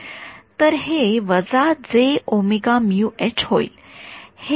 तर हे होईल